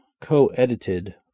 co-edited